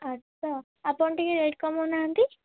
ଆଠ୍ ଶହ ଆପଣ ଟିକେ ରେଟ୍ କମଉନାହାନ୍ତି